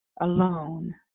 alone